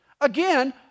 Again